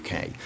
UK